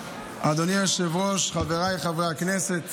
מסכים עם כולם.